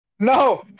No